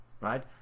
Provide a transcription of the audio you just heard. right